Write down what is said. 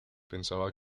pensaba